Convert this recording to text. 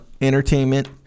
entertainment